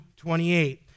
28